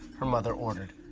her mother ordered.